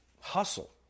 hustle